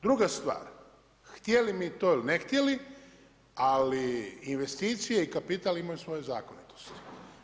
Druga stvar, htjeli mi to ili ne htjeli, ali investicije i kapital imaju svoje zakonitosti.